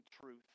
truth